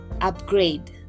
upgrade